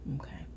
Okay